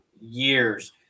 years